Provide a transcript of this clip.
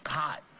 hot